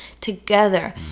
together